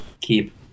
Keep